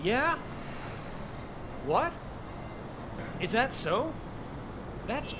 yeah what is that so that's